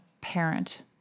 parent